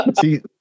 See